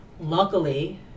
Luckily